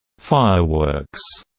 fireworks,